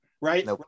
right